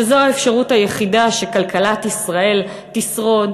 שזו האפשרות היחידה שכלכלת ישראל תשרוד.